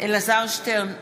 אלעזר שטרן,